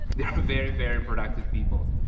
they're very, very productive people.